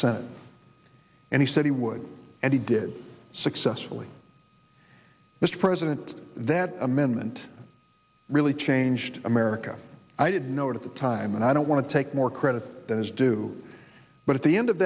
senate and he said he would and he did successfully mr president that amendment really changed america i did note at the time and i don't want to take more credit than is due but at the end of